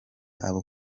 abo